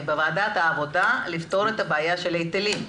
בוועדת העבודה לפתור את הבעיה של ההיטלים.